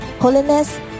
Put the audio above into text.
holiness